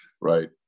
right